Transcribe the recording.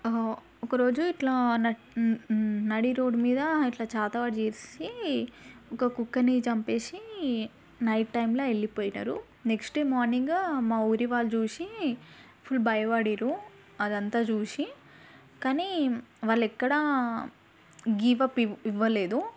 ఒకరోజు ఇట్లా నడి రోడ్డు మీద ఇట్లా చేతబడి చేసి ఒక కుక్కని చంపేసి నైట్ టైంలో వెళ్ళిపోయినారు నెక్స్ట్ డే మార్నింగ్ మా ఊరి వాళ్ళు చూసి ఫుల్ భయపడ్డారు అదంతా చూసి కానీ వాళ్ళు ఎక్కడ గివ్ అప్ ఇవ్వలేదు